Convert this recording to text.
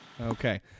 Okay